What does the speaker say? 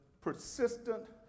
Persistent